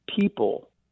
people